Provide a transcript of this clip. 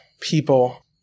people